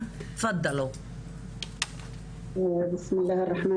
דבר ראשון מבחינה